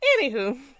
Anywho